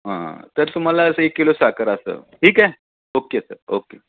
हं तर तुम्हाला असं एक किलो साखर असं ठीक आहे ओक्के सर ओक्के